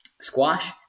squash